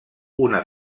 una